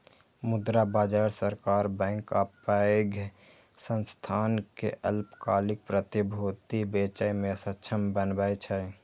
मुद्रा बाजार सरकार, बैंक आ पैघ संस्थान कें अल्पकालिक प्रतिभूति बेचय मे सक्षम बनबै छै